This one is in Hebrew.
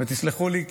תסלחו לי,